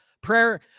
Prayer